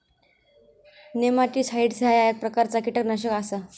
nematicides ह्या एक प्रकारचा कीटकनाशक आसा